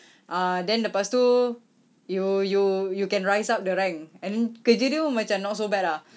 ah then lepas tu you you you can rise up the rank and then kerja dia macam not so bad lah